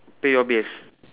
pay your bills